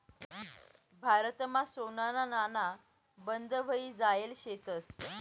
भारतमा सोनाना नाणा बंद व्हयी जायेल शेतंस